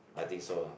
I think so ah